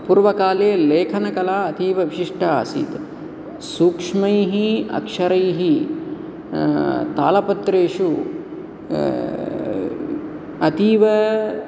पूर्वकाले लेखनकला अतीवविशिष्टा आसीत् सूक्ष्मैः अक्षरैः तालपत्रेषु अतीव